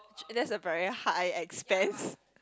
that's a very high expense